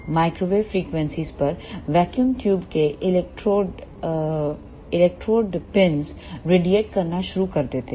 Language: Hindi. माइक्रोवेव फ्रीक्वेंसीयों पर वैक्यूम ट्यूबों के इलेक्ट्रोड पिंस रेडिएट करना शुरू कर देते हैं